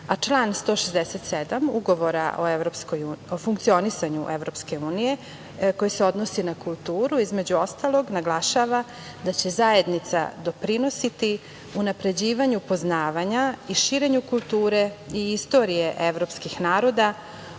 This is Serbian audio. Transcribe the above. Član 167. Ugovora o funkcionisanju Evropske unije, koji se odnosi na kulturu, između ostalog, naglašava da će zajednica doprinositi unapređivanju poznavanja i širenju kulture i istorije evropskih naroda